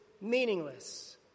meaningless